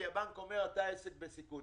כי הבנק אומר: אתה עסק בסיכון.